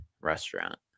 restaurant